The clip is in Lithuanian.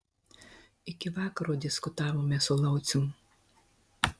iki vakaro diskutavome su laucium